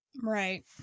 Right